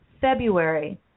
February